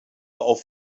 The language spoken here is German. auf